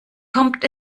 kommt